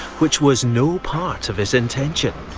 which was no part of his intention.